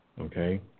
okay